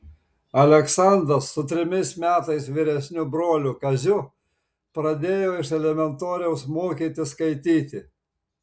aleksandras su trimis metais vyresniu broliu kaziu pradėjo iš elementoriaus mokytis skaityti